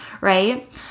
right